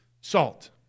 salt